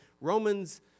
Romans